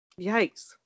Yikes